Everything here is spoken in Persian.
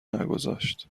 نگذاشت